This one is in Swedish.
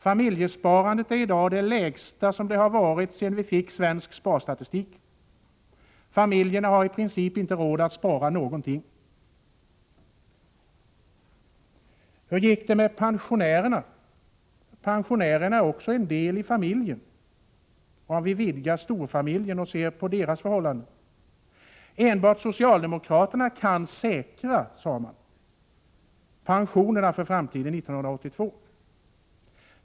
Familjesparandet är i dag det lägsta sedan vi fick svensk sparstatistik. Familjerna har i princip inte råd att spara någonting. Hur gick det med pensionerna? Också pensionärerna är en del av familjen, om vi går till storfamiljen och ser på dess förhållanden. Enbart socialdemokraterna kan säkra pensionerna för framtiden, sade man 1982.